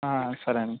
సరే అండి